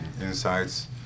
insights